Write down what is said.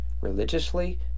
religiously